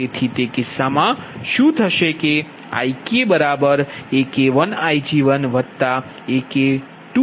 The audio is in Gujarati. તેથી તે કિસ્સામાં શું થશે કે IK AK1Ig1AK2Ig2